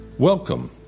Welcome